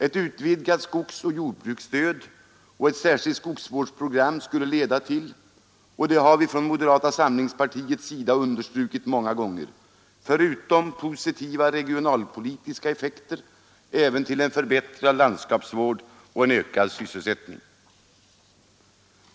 Ett utvidgat skogsoch jordbruksstöd och ett särskilt skogsvårdsprogram skulle — som vi från moderata samlingspartiet har understrukit många gånger — leda till inte bara positiva regionalpolitiska effekter utan även till en förbättrad landskapsvård och ökad sysselsättning.